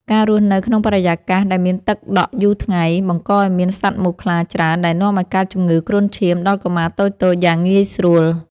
ការរស់នៅក្នុងបរិយាកាសដែលមានទឹកដក់យូរថ្ងៃ បង្កឱ្យមានសត្វមូសខ្លាច្រើន ដែលនាំឱ្យកើតជំងឺគ្រុនឈាមដល់កុមារតូចៗយ៉ាងងាយស្រួល។